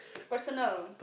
personal